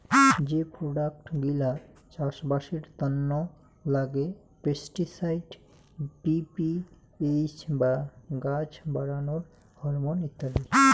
যে প্রোডাক্ট গিলা চাষবাসের তন্ন লাগে পেস্টিসাইড, পি.পি.এইচ বা গাছ বাড়ানোর হরমন ইত্যাদি